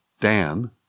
Dan